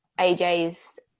AJ's